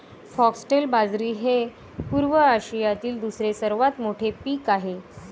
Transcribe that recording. foxtail बाजरी हे पूर्व आशियातील दुसरे सर्वात मोठे पीक आहे